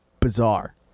bizarre